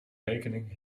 rekening